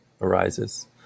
arises